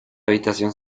habitación